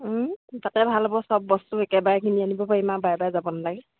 তাতে ভাল হ'ব চব বস্তু একেবাৰে কিনি আনিব পাৰিম আৰু বাৰে বাৰে যাব নেলাগে